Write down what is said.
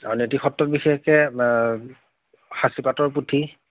আৰু নীতি সত্ৰ বিশেষকে সাঁচিপাতৰ পুথি